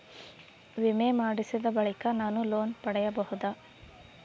ವಿಮೆ ಮಾಡಿಸಿದ ಬಳಿಕ ನಾನು ಲೋನ್ ಪಡೆಯಬಹುದಾ?